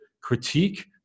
critique